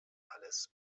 alles